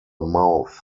mouth